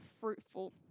fruitful